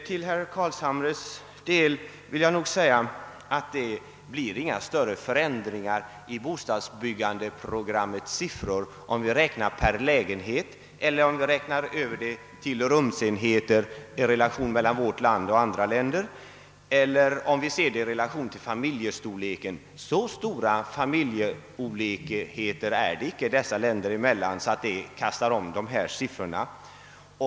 Till herr Carlshamre vill jag säga att det nog inte blir några större skillnader 1 siffrorna för bostadsbyggandet i andra länder, om vi räknar efter antalet lägenheter eller efter antalet rumsenheter. Det blir heller ingen skillnad om vi räknar efter familjestorleken, ty så stora familjeolikheter föreligger inte dessa länder emellan att det beräkningssättet kastar om siffrorna.